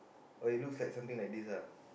why it looks like something like this ah